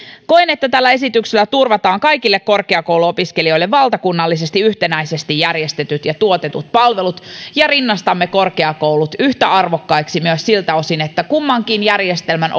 koen että tällä esityksellä turvataan kaikille korkeakouluopiskelijoille valtakunnallisesti yhtenäisesti järjestetyt ja tuotetut palvelut ja rinnastamme korkeakoulut yhtä arvokkaiksi myös siltä osin että kummankin järjestelmän